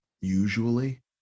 usually